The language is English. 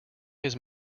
his